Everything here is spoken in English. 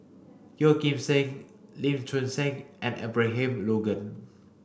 Yeoh Ghim Seng Lee Choon Seng and Abraham Logan